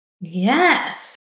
yes